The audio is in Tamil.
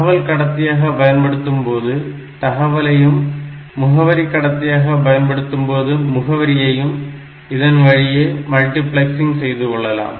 தகவல் கடத்தியாக பயன்படுத்தும் போது தகவலையும் முகவரி கடத்தியாக பயன்படுத்தும்போது முகவரியையும் இதன் வழியே மல்டிபிளக்ஸிங் செய்து கொள்ளலாம்